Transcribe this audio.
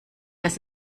dass